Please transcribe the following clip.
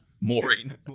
Maureen